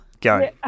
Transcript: Go